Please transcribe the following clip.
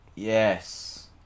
Yes